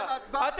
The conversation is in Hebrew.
סליחה, אדוני.